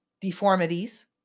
deformities